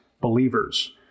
believers